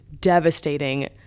devastating